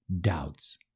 doubts